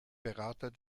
berater